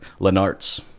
Lenartz